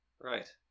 Right